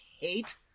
hate